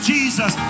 Jesus